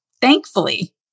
Thankfully